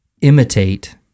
imitate